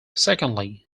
secondly